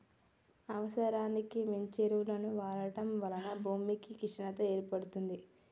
అవసరానికి మించి ఎరువులను వాడటం వలన భూమి క్షీణత ఏర్పడుతుంది